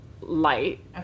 light